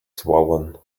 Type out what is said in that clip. swollen